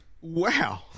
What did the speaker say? Wow